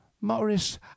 morris